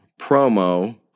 promo